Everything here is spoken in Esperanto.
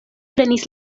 prenis